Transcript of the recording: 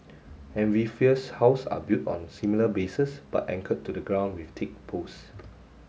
amphibious house are built on similar bases but anchored to the ground with thick post